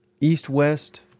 East-West